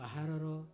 ବାହାରର